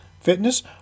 fitness